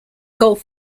golf